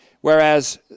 Whereas